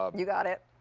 um you got it.